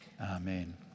Amen